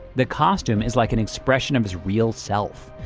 the costume is like an expression of his real self.